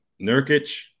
Nurkic